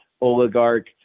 oligarch